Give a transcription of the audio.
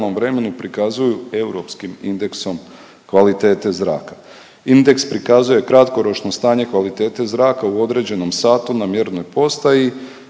Hvala vam